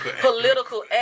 political